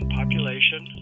population